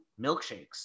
milkshakes